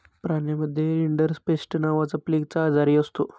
प्राण्यांमध्ये रिंडरपेस्ट नावाचा प्लेगचा आजारही असतो